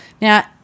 Now